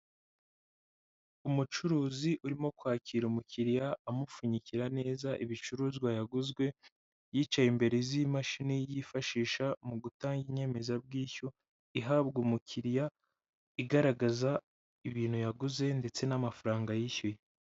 Umucuruzi urimo kwakira umukiriya amupfunyikira neza ibicuruzwa yaguzwe, yicaye imbere z'imashini yifashisha mu gutanga inyemezabwishyu, ihabwa umukiriya igaragaza ibintu yaguze ndetse n'amafaranga yishyuye.